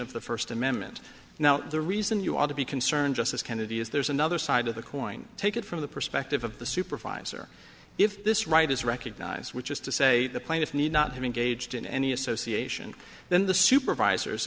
of the first amendment now the reason you ought to be concerned justice kennedy is there's another side of the coin take it from the perspective of the supervisor if this right is recognized which is to say the plaintiffs need not have engaged in any association then the supervisor